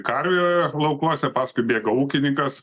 karvė laukuose paskui bėga ūkininkas